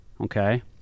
Okay